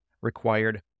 required